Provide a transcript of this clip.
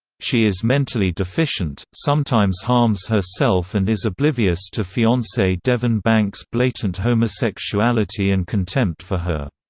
she is mentally deficient, sometimes harms herself and is oblivious to fiance devon banks' blatant homosexuality and contempt for her.